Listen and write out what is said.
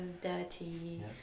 dirty